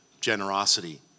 generosity